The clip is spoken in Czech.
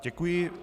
Děkuji.